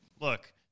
Look